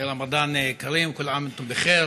ברמדאן כרים, כול עאם ואנתום בח'יר.